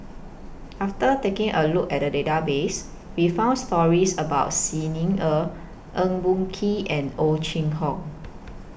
after taking A Look At The Database We found stories about Xi Ni Er Eng Boh Kee and Ow Chin Hock